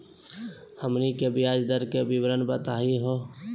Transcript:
हमनी के ब्याज दर के विवरण बताही हो?